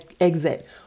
exit